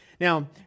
Now